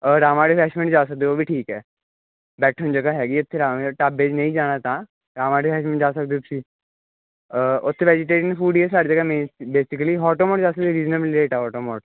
ਰਾਮ ਵਾਲੇ ਵੈਸ਼ਨੂੰ ਵੀ ਜਾ ਸਕਦੇ ਉਹ ਵੀ ਠੀਕ ਹੈ ਬੈਠਣ ਨੂੰ ਜਗ੍ਹਾ ਹੈਗੀ ਇੱਥੇ ਰਾਮ ਵਾਲੇ ਦੇ ਢਾਬੇ 'ਚ ਨਹੀਂ ਜਾਣਾ ਤਾਂ ਰਾਮਾ ਵਾਲੇ ਵੈਸ਼ਨੂੰ ਜਾ ਸਕਦੇ ਹੋ ਤੁਸੀਂ ਉੱਥੇ ਵੈਜੀਟੇਰੀਅਨ ਫੂਡ ਹੀ ਆ ਸਾਰੀ ਜਗ੍ਹਾ ਮੇਨ ਬੇਸਿਕਲੀ ਆਟੋਮੋਟ ਜਾ ਸਕਦੇ ਰੀਜਨੇਬਲ ਰੇਟ ਆ ਆਟੋਮੋਟ